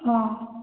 ହଁ